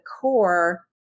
core